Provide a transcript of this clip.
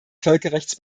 völkerrechts